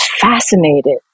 fascinated